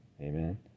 amen